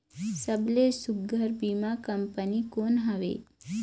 सबले सुघ्घर बीमा कंपनी कोन हवे?